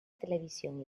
televisión